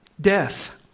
death